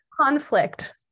conflict